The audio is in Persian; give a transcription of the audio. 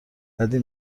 بدی